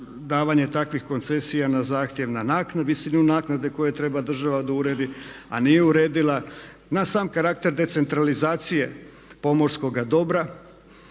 davanja takvih koncesija, na zahtjev na naknadu, visinu naknade koje treba država da uredi a nije uredila, na sam karakter decentralizacije pomorskoga dobra.